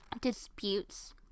disputes